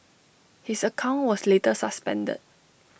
his account was later suspended